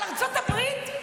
על ארצות הברית?